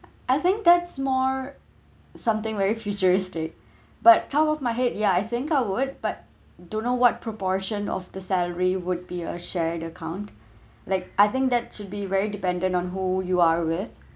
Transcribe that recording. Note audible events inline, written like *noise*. I think that's more something very futuristic *breath* but come off my head ya I think I would but don't know what proportion of the salary would be a shared account *breath* like I think that should be very dependent on who you are with